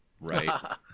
Right